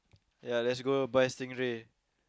ya let's go buy stingray